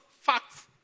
facts